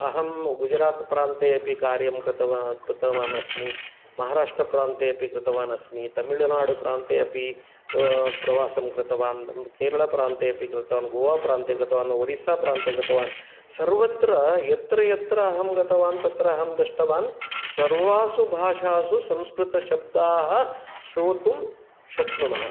अहं गुजरात् प्रान्ते अपि कर्यं कृतवा कृतवान् अस्मि महाराष्ट्रप्रान्ते अपि कृतवान् अस्मि तमिल्नाडु प्रान्ते अपि प्र प्रवासं कृतवान् केरलप्रन्ते कृतवान् गोवाप्रान्ते कृतवान् ओरिस्साप्रान्ते कृतवान् सर्वत्र यत्र यत्र अहं गतवान् तत्र अहं दृष्टवान् सर्वासु भाषासु संस्कृतशब्दाः श्रोतुं शक्नुमः